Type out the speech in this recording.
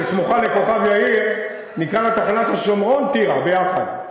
שסמוכה לכוכב-יאיר "תחנת השומרון טירה", ביחד.